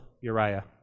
Uriah